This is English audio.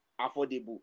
affordable